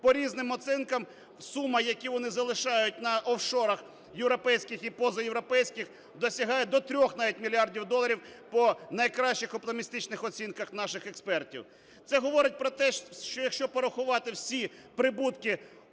По різним оцінкам, суми, які вони залишаються на офшорах європейських і позаєвропейських, досягають до 3 навіть мільярдів доларів по найкращих, оптимістичних оцінках наших експертів. Це говорить про те, що якщо порахувати всі прибутки